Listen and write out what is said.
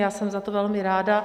Já jsem za to velmi ráda.